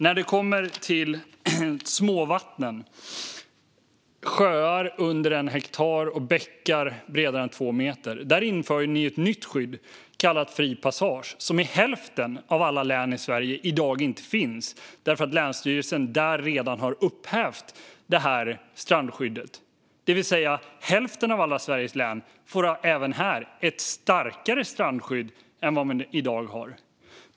När det kommer till småvatten - sjöar under 1 hektar och bäckar bredare än 2 meter - inför ni ett nytt strandskydd kallat fri passage, som i dag inte finns i hälften av alla län i Sverige därför att länsstyrelserna där redan har upphävt det. Det innebär att hälften av alla Sveriges län även här får ett starkare strandskydd än de har i dag.